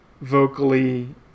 vocally